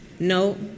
No